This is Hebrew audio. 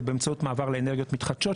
זה באמצעות מעבר לאנרגיות מתחדשות,